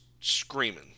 screaming